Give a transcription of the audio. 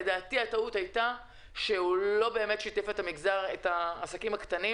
לדעתי הטעות הייתה שהוא לא באמת שיתף את העסקים הקטנים